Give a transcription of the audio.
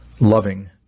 loving